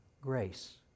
grace